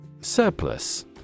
Surplus